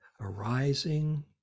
arising